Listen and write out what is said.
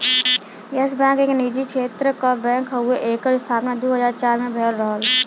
yes Bank एक निजी क्षेत्र क बैंक हउवे एकर स्थापना दू हज़ार चार में भयल रहल